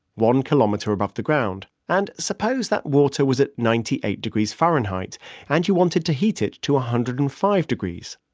one kilometer above the ground. and suppose that water was at ninety eight degrees fahrenheit and you wanted to heat it to one hundred and five degrees.